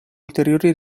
ulteriori